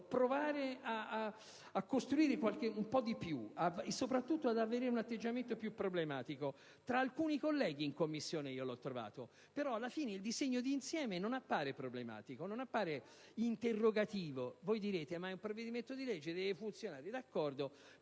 provare a costruire un po' di più, e soprattutto avrebbe dovuto rispondere ad un atteggiamento più problematico. Tra alcuni colleghi in Commissione io l'ho trovato; però alla fine il disegno di insieme non appare problematico, non appare interrogativo. Voi direte che si tratta di un provvedimento di legge che come tale